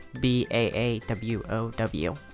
B-A-A-W-O-W